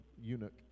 eunuch